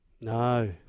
No